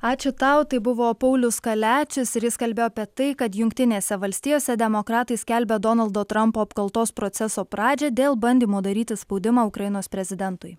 ačiū tau tai buvo paulius kaliačius ir jis kalbėjo apie tai kad jungtinėse valstijose demokratai skelbia donaldo trampo apkaltos proceso pradžią dėl bandymo daryti spaudimą ukrainos prezidentui